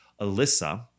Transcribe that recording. Alyssa